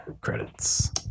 credits